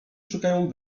szukają